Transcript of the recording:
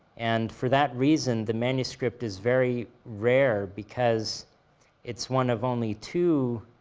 and for that reason, the manuscript is very rare because it's one of only two,